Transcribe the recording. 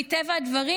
מטבע הדברים,